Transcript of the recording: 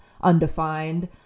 undefined